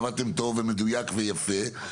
ועבדתם טוב ומדויק ויפה,